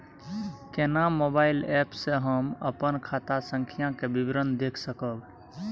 केना mobile app से हम अपन खाता संख्या के विवरण देख सकब?